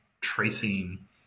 tracing